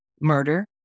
murder